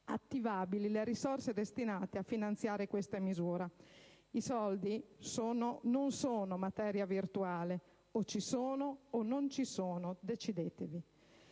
attivabili le risorse destinate a finanziare questa misura. I soldi non sono materia virtuale: o ci sono o non ci sono. Decidetevi!